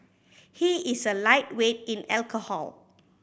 he is a lightweight in alcohol